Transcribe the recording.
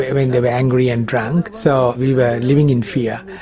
when there were angry and drunk, so we were living in fear.